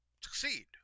succeed